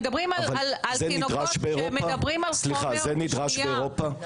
אבל זה נדרש באירופה?